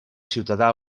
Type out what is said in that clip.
ciutadà